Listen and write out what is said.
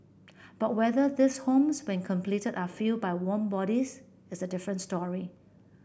but whether these homes when completed are filled by warm bodies is a different story